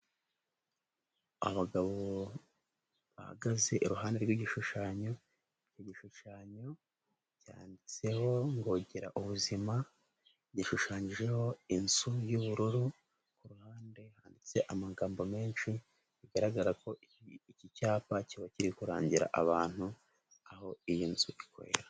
Abagabo bahagaze iruhande rw'igishushanyo, icyo gishushanyo cyanditseho ngo gira ubuzima, gishushanyijeho inzu y'ubururu, ku ruhande handitse amagambo menshi, bigaragara ko iki cyapa kiba kiri kurangira abantu aho iyi nzu ikorera.